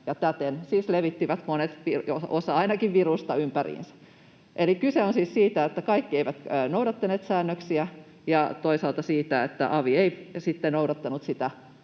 ja täten siis levittivät monet — osa ainakin — virusta ympäriinsä. Kyse on siis siitä, että kaikki eivät noudattaneet säännöksiä, ja toisaalta siitä, että avi ei sitten noudattanut omaa